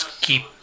keep